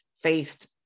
faced